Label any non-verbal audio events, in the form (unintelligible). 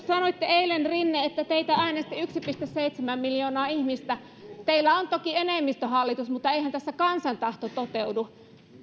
(unintelligible) sanoitte eilen rinne että teitä äänesti yksi pilkku seitsemän miljoonaa ihmistä teillä on toki enemmistöhallitus mutta eihän tässä kansan tahto toteudu